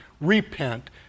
repent